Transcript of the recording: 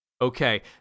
Okay